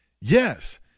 Yes